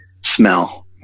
smell